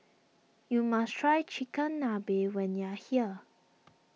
you must try Chigenabe when you are here